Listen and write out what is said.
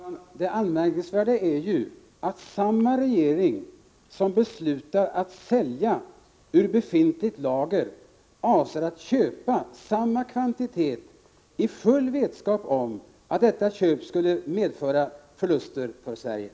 Herr talman! Det anmärkningsvärda är att samma regering som beslutar att sälja ur befintliga lager avser att köpa samma kvantitet, i full vetskap om att detta köp skulle medföra förluster för Sverige.